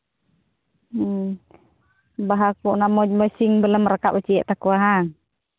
ᱦᱮᱸ ᱵᱟᱦᱟ ᱠᱚ ᱚᱱᱟ ᱢᱚᱡᱽ ᱢᱚᱡᱽ ᱥᱤᱱ ᱵᱚᱞᱮᱢ ᱨᱟᱠᱟᱵ ᱦᱚᱪᱚᱭᱮᱫ ᱛᱟᱠᱚᱣᱟ ᱵᱟᱝ